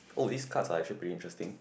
oh this cards are actually pretty interesting